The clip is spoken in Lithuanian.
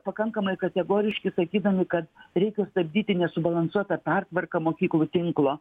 pakankamai kategoriški sakydami kad reikia stabdyti nesubalansuotą pertvarką mokyklų tinklo